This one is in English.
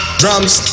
drums